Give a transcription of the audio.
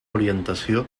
orientació